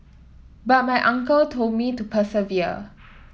but my uncle told me to persevere